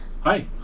Hi